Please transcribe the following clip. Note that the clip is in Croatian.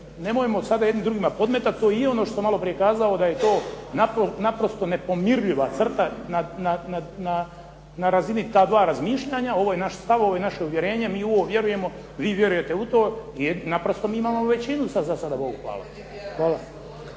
nemojmo sada jedni drugima podmetati. To je ono što sam malo prije kazao da je to naprosto nepomirljiva crta na razini ta 2 razmišljanja. Ovo je naš stav, ovo je naše uvjerenje, mi u ovo vjerujemo, vi vjerujete u to i naprosto mi imamo većinu sad, za sada Bogu hvala. Hvala.